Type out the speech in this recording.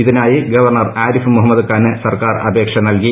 ഇതിനായി തൃപ്ർണ്ണർ ആരിഫ് മുഹമ്മദ് ഖാന് സർക്കാർ അപേക്ഷ നൽകി